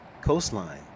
coastline